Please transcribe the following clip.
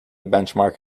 benchmark